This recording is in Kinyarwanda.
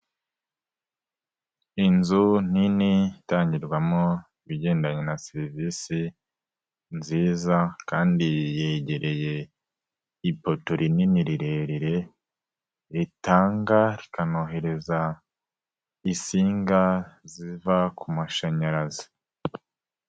Inzu nini itangirwamo ibigendanye na serivisi nziza kandi yegereye ipoto rinini rirerire ritanga, rikanohereza insinga ziva ku mashanyarazi.